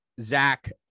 Zach